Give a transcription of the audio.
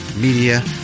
media